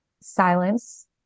silence